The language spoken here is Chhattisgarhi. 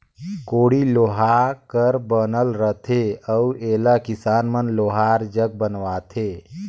कोड़ी लोहा कर बनल रहथे अउ एला किसान मन लोहार जग बनवाथे